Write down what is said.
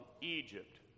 Egypt